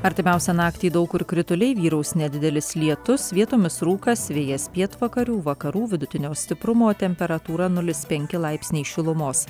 artimiausią naktį daug kur krituliai vyraus nedidelis lietus vietomis rūkas vėjas pietvakarių vakarų vidutinio stiprumo temperatūra nulis penki laipsniai šilumos